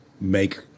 make